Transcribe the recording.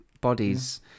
bodies